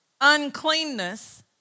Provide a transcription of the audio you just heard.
uncleanness